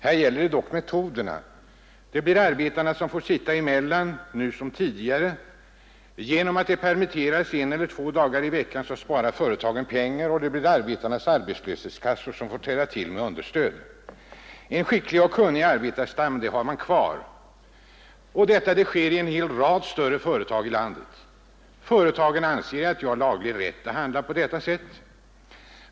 Här gäller det dock metoderna. Det blir arbetarna som får sitta emellan nu som tidigare. Genom att de permitteras en eller två dagar i veckan sparar företagen pengar, och det 25 blir arbetarnas arbetslöshetskassor som får träda till med understöd. En skicklig och kunnig arbetarstam har man kvar. Detta sker vid en hel rad större företag i landet. Företagen anser att de har laglig rätt att handla på detta sätt.